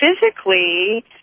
physically